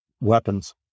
weapons